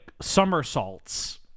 somersaults